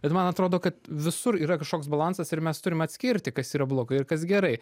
bet man atrodo kad visur yra kažkoks balansas ir mes turim atskirti kas yra blogai ir kas gerai